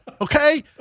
Okay